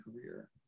career